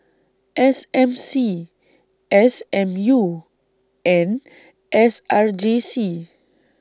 S M C S M U and S R J C